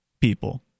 people